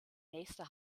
nächste